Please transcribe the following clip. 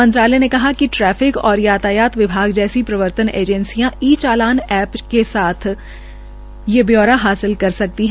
मंत्रालय ने कहा कि ट्रैफिक और परिवहन विभाग जैसी प्रवर्तन एजेंसियां ई चालान ऐप से एक साथ ये ब्यौरा हासिल कर सकती है